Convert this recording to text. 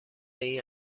این